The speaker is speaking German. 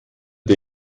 der